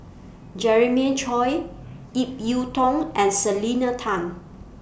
Jeremiah Choy Ip Yiu Tung and Selena Tan